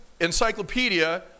encyclopedia